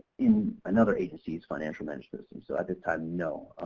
in another agency's financial management system, so at this time no.